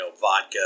vodka